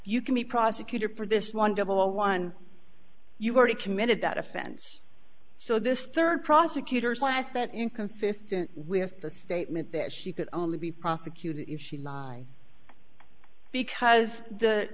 you can be prosecuted for this one double or one you've already committed that offense so this third prosecutors last that inconsistent with the statement that she could only be prosecuted if she because the